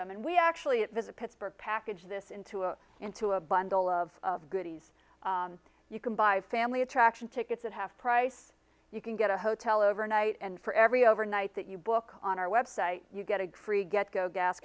them and we actually visit pittsburgh package this into a into a bundle of goodies you can buy family attraction tickets at half price you can get a hotel overnight and for every overnight that you book on our website you get agree get g